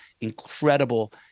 incredible